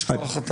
יש כבר החלטה.